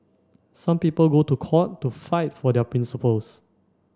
some people go to court to fight for their principles